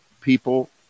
people